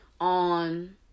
on